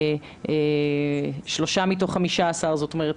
או 3 מתוך 15. זאת אומרת,